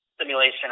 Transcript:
simulation